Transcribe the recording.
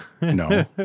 no